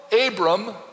Abram